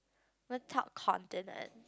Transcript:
one top continent